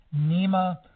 Nema